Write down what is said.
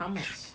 how much